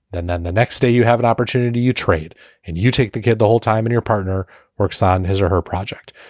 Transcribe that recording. then then the next day you have an opportunity, you trade and you take the kid the whole time and your partner works on his or her project.